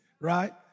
right